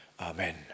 Amen